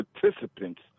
participants